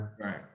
Right